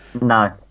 No